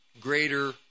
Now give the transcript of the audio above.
greater